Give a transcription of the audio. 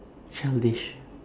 childish